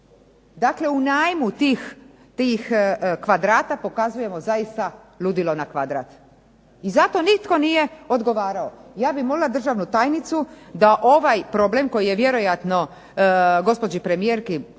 Dakle, u najmu tih kvadrata pokazujemo zaista ludilo na kvadrat. I za to nitko nije odgovarao. Ja bih molila državnu tajnicu da ovaj problem koji je vjerojatno gospođi premijerku